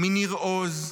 מניר עוז,